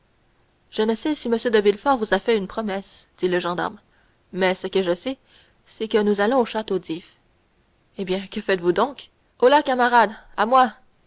je ne sais si m de villefort vous a fait une promesse dit le gendarme mais ce que je sais c'est que nous allons au château d'if eh bien que faites-vous donc holà camarades à moi